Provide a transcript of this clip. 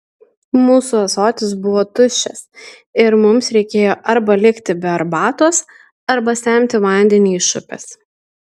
mūsų ąsotis buvo tuščias ir mums reikėjo arba likti be arbatos arba semti vandenį iš upės